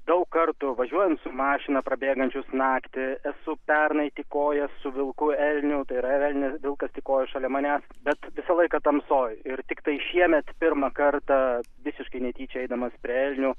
daug kartų važiuojant su mašina prabėgančius naktį esu pernai tykojęs vilkų elnių tai yra elnių vilkas tykojo šalia manęs bet visą laiką tamsoj ir tiktai šiemet pirmą kartą visiškai netyčia eidamas prie elnių